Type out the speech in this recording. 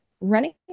running